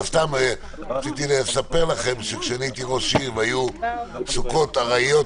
רציתי לספר שכאשר הייתי ראש עיר והיו סוכות ארעיות,